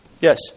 Yes